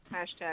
Hashtag